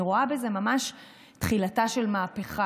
אני רואה בזה ממש תחילתה של מהפכה.